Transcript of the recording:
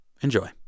Enjoy